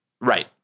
Right